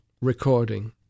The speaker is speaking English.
recording